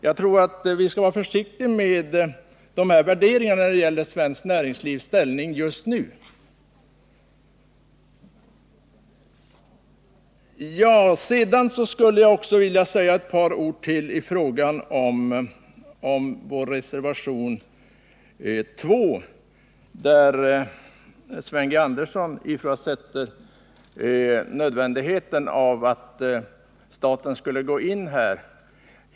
Jag tror att vi skall vara försiktiga med värderingarna när det gäller svenskt näringsliv just nu. Beträffande vår reservation 2 ifrågasätter Sven G. Andersson nödvändigheten av att staten skulle gå in i skoindustrin.